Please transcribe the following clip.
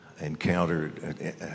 encountered